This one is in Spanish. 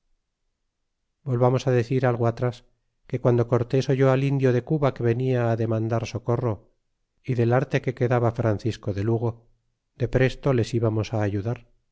volvamos decir algo atras que guando cortés oyó al indio de cuba que venia demandar socorro y del arte que quedaba francisco de lugo de presto les íbamos ayudar